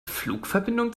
flugverbindung